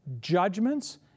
judgments